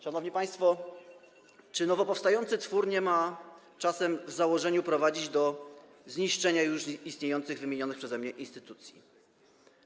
Szanowni państwo, czy nowo powstający twór nie ma czasem w założeniu prowadzić do zniszczenia już istniejących, wymienionych przeze mnie instytucji?